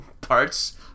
parts